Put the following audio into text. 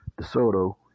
DeSoto